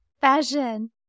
Fashion